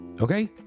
Okay